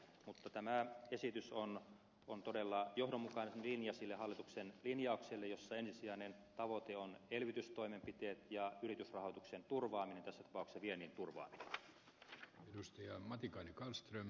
mutta tämä esitys on todella johdonmukainen linja sille hallituksen linjaukselle jossa ensisijainen tavoite on elvytystoimenpiteet ja yritysrahoituksen turvaaminen tässä tapauksessa viennin turvaaminen